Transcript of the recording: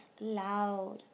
loud